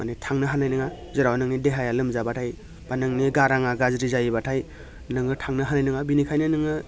मानि थांनो हानाय नङा जेराव नोंनि देहाया लोमजाब्लाथाय बा नोंनि गाराङा गाज्रि जायोब्लाथाय नोङो थांनो हानाय नङा बिनिखायनो नोङो